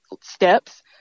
steps